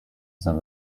than